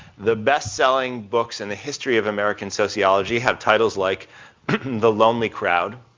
the best selling books in the history of american sociology have titles like the lonely crowd,